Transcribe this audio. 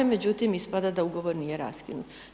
Međutim, ispada da Ugovor nije raskinut.